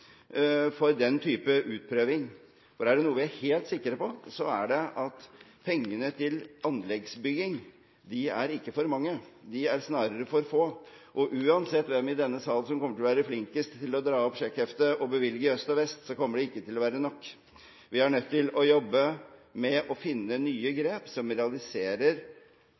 for den type utprøving. For er det noe vi er helt sikre på, er det at pengene til anleggsbygging ikke er for mange, de er snarere for få. Og uansett hvem i denne salen som kommer til å være flinkest til å dra opp sjekkheftet og bevilge i øst og vest, kommer det ikke til å være nok. Vi er nødt til å jobbe med å finne nye grep som realiserer prosjekter vi